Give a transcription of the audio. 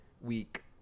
week